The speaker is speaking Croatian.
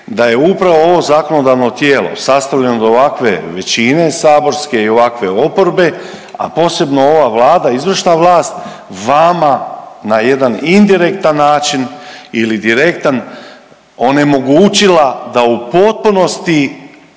da je upravo ovo zakonodavno tijelo sastavljeno od ovakve većine saborske i ovakve oporbe, a posebno ova Vlada izvršna vlast vama na jedan indirektan način ili direktan onemogućila da u potpunosti